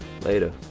Later